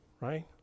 right